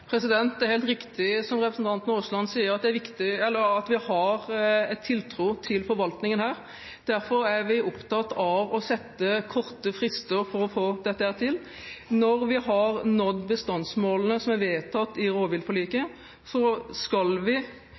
Det er helt riktig som representanten Aasland sier, at det er viktig at vi har tiltro til forvaltningen her. Derfor er vi opptatt av å sette korte frister for å få dette til. Når vi har nådd bestandsmålene som er vedtatt i rovviltforliket, skal vi